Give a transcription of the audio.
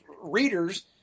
readers